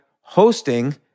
hosting